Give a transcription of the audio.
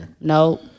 No